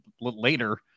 later